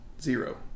Zero